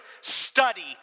study